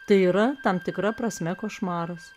tai yra tam tikra prasme košmaras